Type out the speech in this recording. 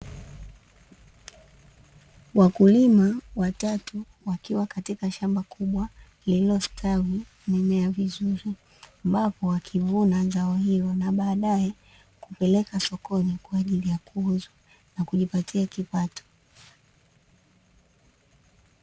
Wakulima watatu wakiwa katika shamba kubwa liliostwai mimea vizuri, ambapo wakivuna zao hilo. Na baadae kupeleka sokoni kwa ajili ya kuuza na kujipatia kipato.